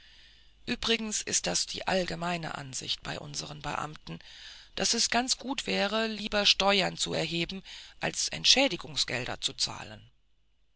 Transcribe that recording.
übrigens ist das die allgemeine ansicht bei unsern beamten daß es ganz gut wäre lieber steuern zu erheben als entschädigungsgelder zu zahlen